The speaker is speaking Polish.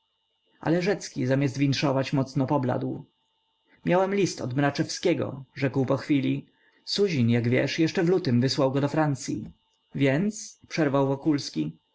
ale rzecki zamiast winszować mocno pobladł miałem list od mraczewskiego rzekł po chwili suzin jak wiesz jeszcze w lutym wysłał go do francyi więc przerwał wokulski